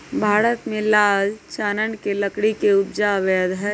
भारत में लाल चानन के लकड़ी के उपजा अवैध हइ